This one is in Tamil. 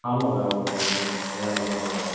ஆமாம் சார் ஆமாம் சார் என் ஃபோன் தான் என் நம்பரில் தான் அது